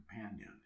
companion